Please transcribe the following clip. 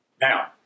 Now